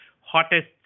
hottest